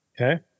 Okay